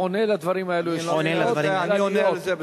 הוא עונה לדברים האלו אני עונה על זה בסוף.